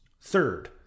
Third